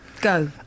go